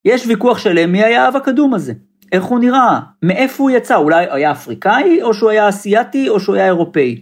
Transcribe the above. יש ויכוח שלם, מי היה האב הקדום הזה? איך הוא נראה? מאיפה הוא יצא? אולי היה אפריקאי, או שהוא היה אסיאתי, או שהוא היה אירופאי?